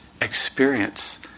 experience